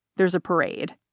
there's a parade.